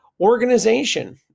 organization